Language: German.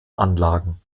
anlagen